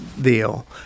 deal